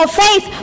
faith